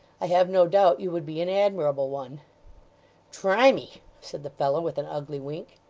i have no doubt you would be an admirable one try me said the fellow, with an ugly wink.